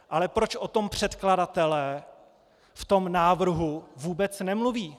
Ale proč o tom předkladatelé v návrhu vůbec nemluví?